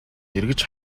эргэж